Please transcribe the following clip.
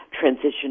transition